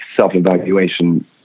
self-evaluation